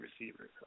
receivers